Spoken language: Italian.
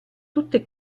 tutte